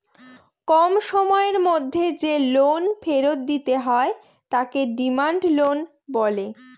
কম সময়ের মধ্যে যে লোন ফেরত দিতে হয় তাকে ডিমান্ড লোন বলে